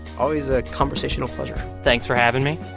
always a conversational pleasure thanks for having me